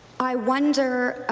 i wonder